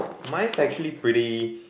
mine's actually pretty